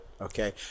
okay